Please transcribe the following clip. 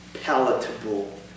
palatable